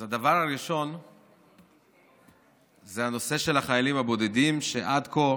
זה הנושא של החיילים הבודדים, שעד כה